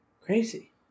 Crazy